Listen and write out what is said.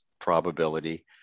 probability